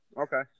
Okay